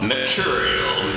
Material